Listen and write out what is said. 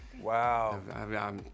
Wow